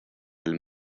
del